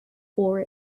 for